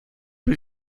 you